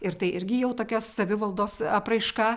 ir tai irgi jau tokia savivaldos apraiška